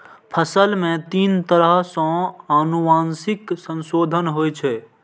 फसल मे तीन तरह सं आनुवंशिक संशोधन होइ छै